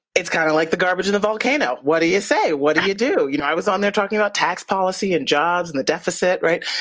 it's kind of like the garbage in the volcano. what do you say? what do you you do? you know, i was on there talking about tax policy and jobs and the deficit, right?